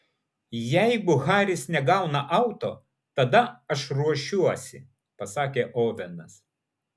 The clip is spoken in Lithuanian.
jeigu haris negauna auto tada aš ruošiuosi pasakė ovenas